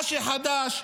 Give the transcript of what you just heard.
מה שחדש,